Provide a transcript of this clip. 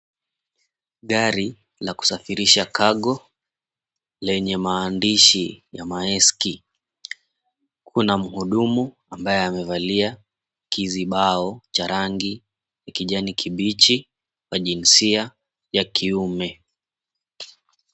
Gari la kusafirisha cargo lenye maandishi la maersk. Kuna mhudumu ambaye amevalia kizibao cha rangi ya kijani kibichi wa jinsia ya kiume.